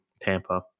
Tampa